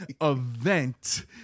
event